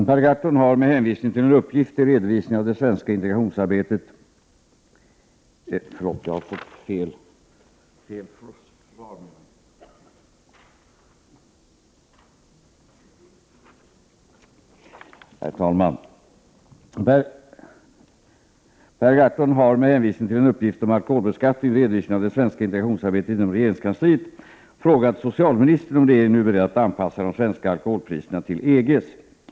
Herr talman! Per Gahrton har, med hänvisning till en uppgift om alkoholbeskattningen i redovisningen av det svenska integrationsarbetet inom regeringskansliet, frågat socialministern om regeringen nu är beredd att anpassa de svenska alkoholpriserna till EG:s.